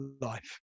life